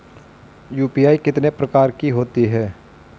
UPI कितने प्रकार की होती हैं?